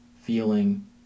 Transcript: feeling